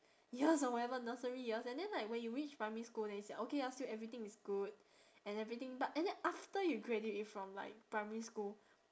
years or whatever nursery years and then like when you reach primary school then you say okay ya still everything is good and everything but and then after you graduate from like primary school